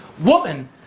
woman